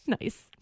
Nice